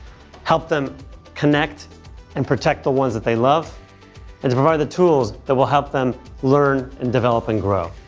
help them connect and protect the ones that they love, and to provide the tools that will help them learn, and develop, and grow.